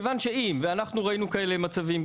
אנחנו ראינו כאלה מצבים,